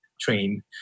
train